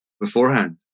beforehand